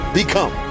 become